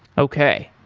okay.